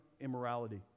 immorality